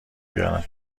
بیارم